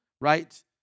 right